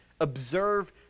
observe